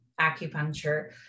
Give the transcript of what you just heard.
acupuncture